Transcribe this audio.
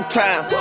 time